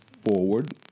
forward